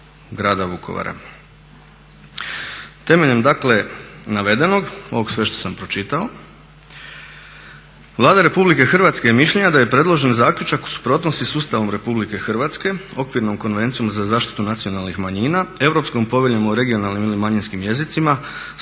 Vlada RH je mišljenja da je predložen zaključak u suprotnosti sa Ustavom RH, Okvirnom konvencijom za zaštitu nacionalnih manjina, Europskom poveljom o regionalnim ili manjinskim jezicima,